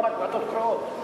לא רק ועדות קרואות.